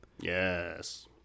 Yes